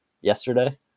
yesterday